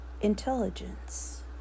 Intelligence